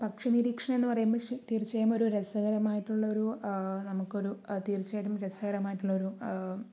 പക്ഷി നിരീക്ഷണം എന്ന് പറയുമ്പോൾ തീർച്ചയായും ഒരു രസകരമായിട്ടുള്ള ഒരു നമുക്ക് ഒരു തീർച്ചയായിട്ടും രസകരമായിട്ടുള്ള ഒരു